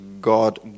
God